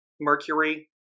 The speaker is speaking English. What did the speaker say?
Mercury